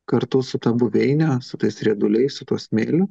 kartu su ta buveine su tais rieduliais su tuo smėliu